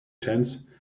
tents